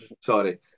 Sorry